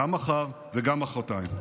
גם מחר וגם מוחרתיים.